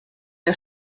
der